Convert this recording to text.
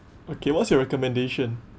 okay what's your recommendation